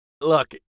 look